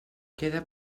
queda